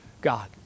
God